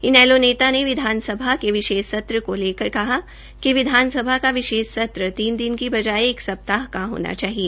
इनेलों नेता ने विधानसभा के विशेष् सत्र को लेकर कहा कि विधानसभा का विशेष सत्र तीन दिन की बजाय एक सप्ताह का होना चाहिए